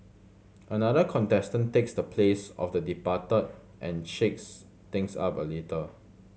another contestant takes the place of the departed and shakes things up a little